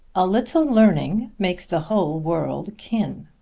a little learning makes the whole world kin.